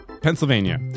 Pennsylvania